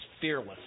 fearless